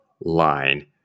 line